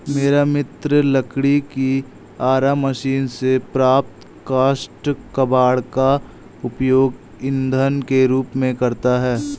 मेरा मित्र लकड़ी की आरा मशीन से प्राप्त काष्ठ कबाड़ का उपयोग ईंधन के रूप में करता है